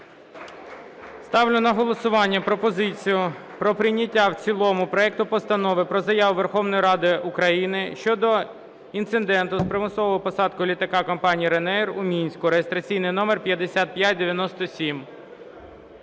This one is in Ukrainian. Ставлю на голосування пропозицію про прийняття в цілому проекту Постанови про Заяву Верховної Ради України щодо інциденту з примусовою посадкою літака компанії Ryanair у Мінську (реєстраційний номер 5597)